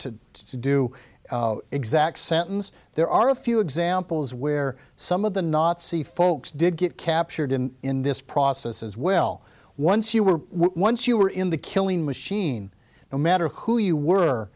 the to do exact sentence there are a few examples where some of the nazi folks did get captured in in this process as well once you were once you were in the killing machine no matter who you were